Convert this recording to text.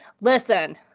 listen